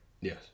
Yes